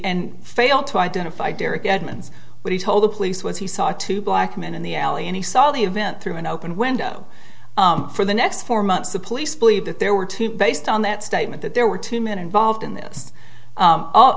and fail to identify derrick edmunds what he told the police was he saw two black men in the alley and he saw the event through an open window for the next four months the police believe that there were two based on that statement that there were two men involved in this u